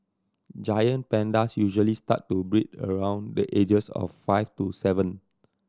giant pandas usually start to breed around the ages of five to seven